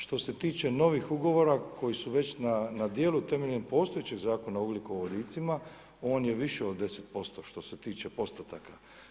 Što se tiče novih ugovora koji su već na djelu temeljem postojećeg zakona o ugljikovodicima, on je više od 10% što se tiče postotaka.